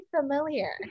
familiar